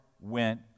went